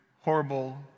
horrible